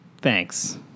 Thanks